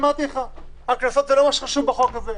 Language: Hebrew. אמרתי לך: הקנסות זה לא מה שחשוב בחוק הזה,